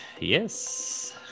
yes